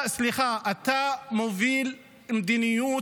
בתקופה האחרונה אתה מוביל מדיניות